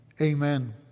amen